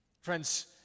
Friends